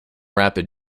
rapid